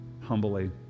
humbly